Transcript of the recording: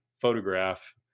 photograph